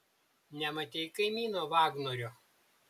nematei kaimyno vagnorio